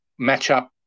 matchup